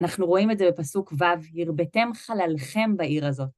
אנחנו רואים את זה בפסוק ו' הרביתם חלליכם בעיר הזאת.